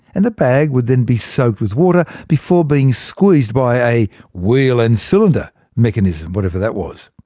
and the bag would then be soaked with water, before being squeezed by a wheel and cylinder mechanism, whatever that was.